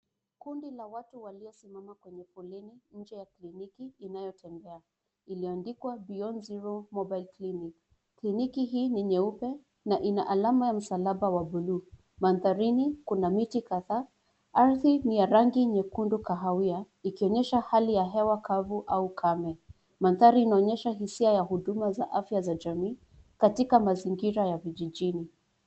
Kundi la watu waliosimama kwenye foleni nje ya kliniki inayotembea iliyoandikwa Beyond Zero Mobile Clinic . Kliniki hii ni nyeupe na ina alama ya msalaba wa blue . Mantharini kuna miti kadhaa, ardhi ni ya rangi nyekundu kahawia ikionyesha hali ya hewa kavu au kame. Manthari inaonyesha hisia ya huduma za afya za jamii katika mazingira ya vijijini.